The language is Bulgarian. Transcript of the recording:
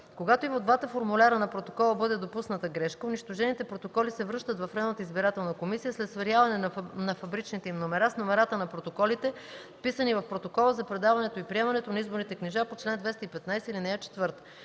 Когато и в двата формуляра на протокола бъде допусната грешка, унищожените протоколи се връщат в районната избирателна комисия след сверяване на фабричните им номера с номерата на протоколите, вписани в протокола за предаването и приемането на изборните книжа по чл. 215, ал. 4.